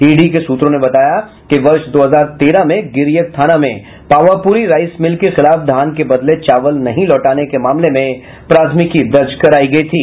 ED के सूत्रों ने बताया कि वर्ष दो हजार तेरह में गिरियक थाना में पावापुरी राईस मिल के खिलाफ धान के बदले चावल नहीं लौटाने के मामले में प्राथमिकी दर्ज करायी गयी थी